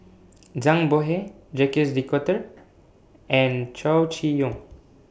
Zhang Bohe Jacques De Coutre and Chow Chee Yong